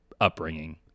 upbringing